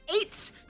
eight